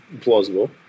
plausible